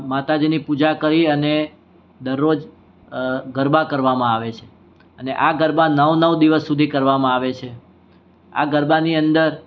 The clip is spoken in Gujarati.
માતાજીની પૂજા કરી અને દરરોજ ગરબા કરવામાં આવે છે અને આ ગરબા નવ નવ દિવસ સુધી કરવામાં આવે છે આ ગરબાની અંદર